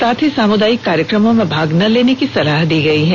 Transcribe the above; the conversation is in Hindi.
साथ ही सामुदायिक कार्यक्रमों में भाग न लेने की सलाह दी गई है